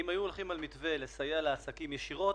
אם היו הולכים על מתווה לסייע לעסקים ישירות,